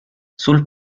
sul